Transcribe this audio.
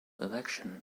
election